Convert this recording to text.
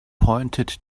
pointed